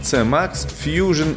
c max fusion